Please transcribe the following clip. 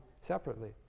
separately